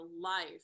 life